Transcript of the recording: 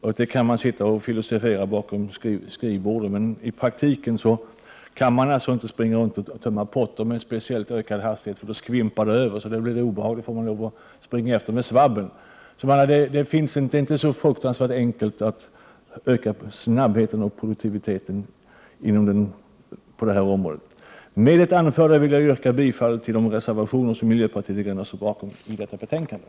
Man kan sitta bakom skrivbord och filosofera om detta, men i praktiken kan man inte springa runt och tömma pottor med ökad hastighet, för då skvimpar det över. Då blir det obehagligt, och man får springa efter med svabben. Det är alltså inte så enkelt att öka snabbheten och produktiviteten på det här området. Med det anförda vill jag yrka bifall till de reservationer som miljöpartiet de gröna står bakom i detta betänkande.